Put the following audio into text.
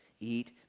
Eat